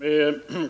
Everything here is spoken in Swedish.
Herr talman!